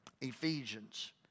Ephesians